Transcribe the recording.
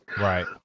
Right